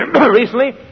recently